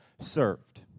served